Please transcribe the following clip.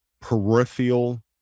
peripheral